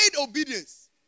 obedience